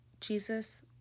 Jesus